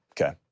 Okay